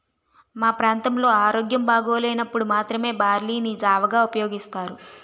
మా ప్రాంతంలో ఆరోగ్యం బాగోలేనప్పుడు మాత్రమే బార్లీ ని జావగా ఉపయోగిస్తారు